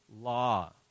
Law